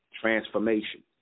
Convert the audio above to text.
Transformation